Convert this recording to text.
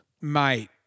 Mate